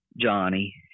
Johnny